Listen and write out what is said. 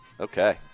Okay